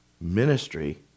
Ministry